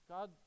God